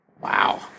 Wow